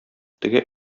теге